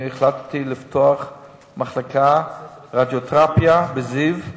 החלטתי לפתוח מחלקת רדיותרפיה ב"זיו",